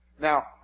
Now